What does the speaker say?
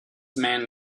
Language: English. man